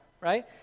right